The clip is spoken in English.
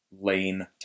lane